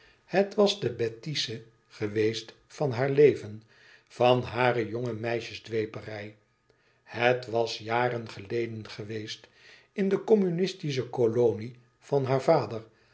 het was de bêtise geweest van haar leven van hare jongemeisjes dweperij het was jaren geleden geweest in de communistische kolonie van haar vader